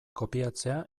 kopiatzea